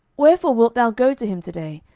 wherefore wilt thou go to him to day?